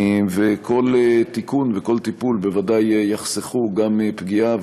וכל תיקון וכל טיפול בוודאי יחסכו פגיעה,